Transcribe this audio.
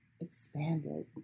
expanded